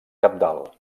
cabdal